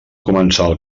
comensal